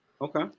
okay